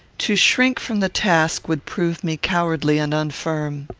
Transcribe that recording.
to shrink from the task would prove me cowardly and unfirm.